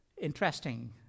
Interesting